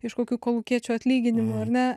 iš kokių kolūkiečių atlyginimų ar ne